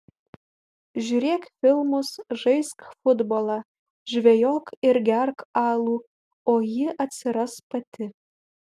žiūrėk filmus žaisk futbolą žvejok ir gerk alų o ji atsiras pati